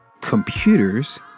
computers